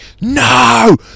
No